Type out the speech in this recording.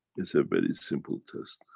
it's a very simple test.